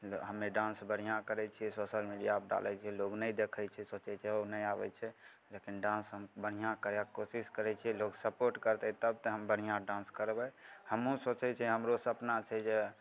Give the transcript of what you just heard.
हमे डान्स बढ़िआँ करै छिए सोशल मीडआपर डालै छिए लोक नहि देखै छै सोचै छै हौ नहि आबै छै लेकिन डान्स बढ़िआँ करैके कोशिश करै छिए लोक सपोर्ट करतै तब तऽ बढ़िआँ डान्स करबै हमहूँ सोचै छिए हमरो सपना छै जे